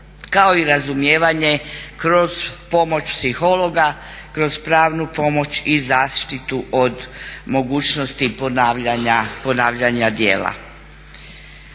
kao i razumijevanje kroz pomoć psihologa, kroz pravnu pomoć i zaštitu od mogućnosti ponavljanja djela.